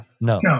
no